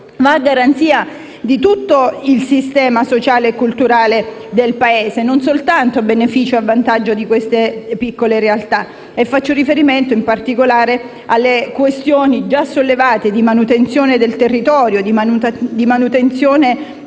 va a garanzia di tutto il sistema sociale e culturale del Paese, non soltanto a beneficio e a vantaggio di queste piccole realtà e faccio riferimento, in particolare, alle questioni già sollevate della manutenzione del territorio e del patrimonio,